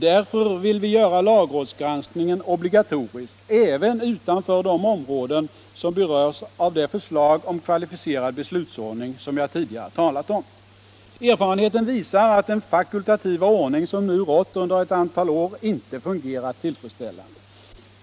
Därför vill vi göra lagrådsgranskningen obligatorisk även utanför de områden som berörs av det förslag om kvalificerad beslutsordning som jag tidigare talat om. Erfarenheten visar att den fakultativa ordning som nu rått under ett antal år inte fungerat tillfredsställande.